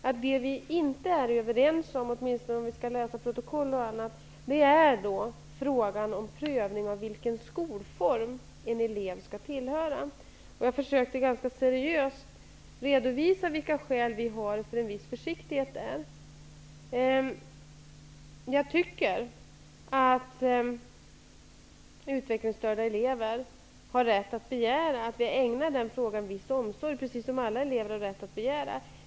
Det vi inte är överens om, åtminstone om vi skall läsa protokoll, är frågan om prövning av vilken skolform en elev skall tillhöra. Jag försökte att seriöst redovisa vilka skäl vi har för att iaktta en viss försiktighet där. Jag tycker att utvecklingsstörda elever har rätt att begära att vi ägnar den frågan viss omsorg, precis som alla elever har.